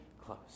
close